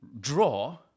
draw